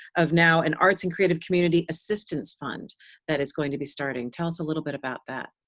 of now an arts and creative community assistance fund that is going to be starting. tell us a little bit about that.